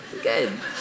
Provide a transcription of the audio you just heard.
good